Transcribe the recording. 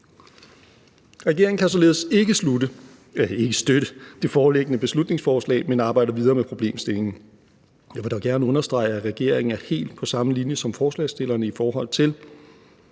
Regeringen kan således ikke støtte det foreliggende beslutningsforslag, men arbejder videre med problemstillingen. Jeg vil dog gerne understrege, at regeringen er helt på samme linje som forslagsstillerne, i forhold til